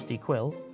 Quill